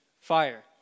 fire